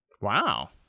Wow